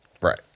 Right